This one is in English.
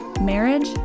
marriage